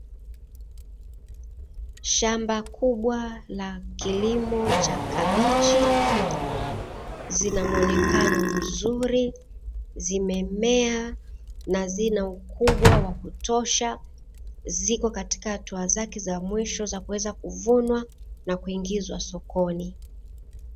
Shamba kubwa la kilimo cha kabichi, zinamuonekano mzuri, zimemea na zina ukubwa wa kutosha, ziko katika hatua zake za mwisho za kuweza kuvunwa na kuingizwa sokoni.